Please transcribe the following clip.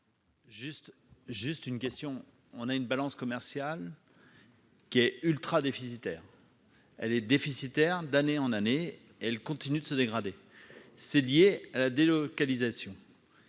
juste une question, on a une balance commerciale. Qui est ultra-déficitaire, elle est déficitaire d'année en année elle continue de se dégrader, c'est lié à la délocalisation,